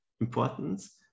importance